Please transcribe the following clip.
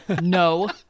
No